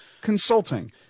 consulting